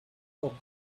sortes